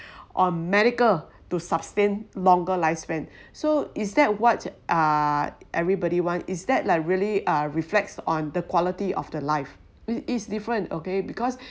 on medical to sustain longer lifespan so is that what uh everybody one is that like really uh reflects on the quality of the life is different okay because